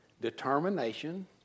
determination